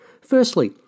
Firstly